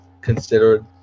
considered